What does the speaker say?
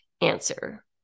answer